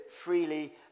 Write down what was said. freely